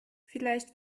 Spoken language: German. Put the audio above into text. vielleicht